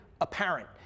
apparent